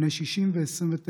בני 60 ו-29,